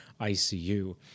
ICU